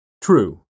True